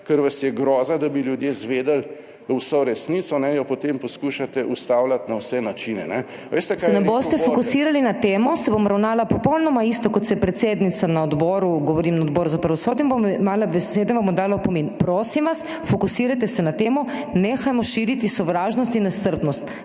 ker vas je groza, da bi ljudje izvedeli vso resnico, jo potem poskušate ustavljati na vse načine. **PODPREDSEDNICA MAG. MEIRA HOT:** Če se ne boste fokusirali na temo se bom ravnala popolnoma isto kot se predsednica na odboru, govorim na Odboru za pravosodje in bom jemala besede, vam bom dala opomin. Prosim vas, fokusirajte se na temo. Nehajmo širiti sovražnost in nestrpnost.